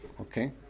okay